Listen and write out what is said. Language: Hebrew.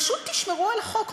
פשוט תשמרו על החוק,